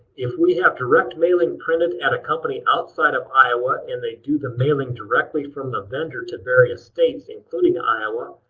if we have direct mailing printed at a company outside of iowa and they do the mailing directly from the vendor to various states including iowa,